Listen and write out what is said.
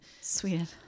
sweden